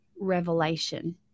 revelation